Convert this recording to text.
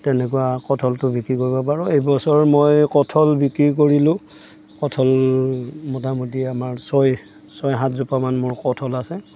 তেনেকুৱা কঠলটো বিক্ৰী কৰিব পাৰোঁ এইবছৰ মই কঠল বিক্ৰী কৰিলোঁ কঠল মোটামুটি আমাৰ ছয় ছয় সাত জোপামান মোৰ কঠল আছে